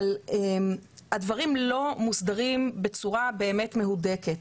אבל הדברים לא מוסדרים בצורה באמת מהודקת,